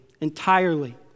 Entirely